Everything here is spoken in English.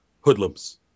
hoodlums